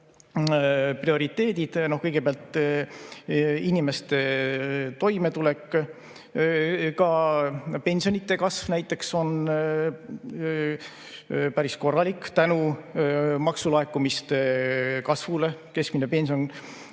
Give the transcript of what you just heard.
Kõigepealt inimeste toimetulek. Ka pensionide kasv on päris korralik tänu maksulaekumiste kasvule. Keskmine pension